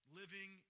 living